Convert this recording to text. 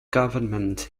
government